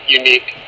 unique